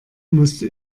musste